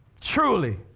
Truly